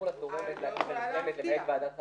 אסור לתורמת לתת לנתרמת למעט ועדת חריגים.